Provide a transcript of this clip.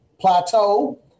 Plateau